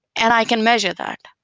and i can measure that.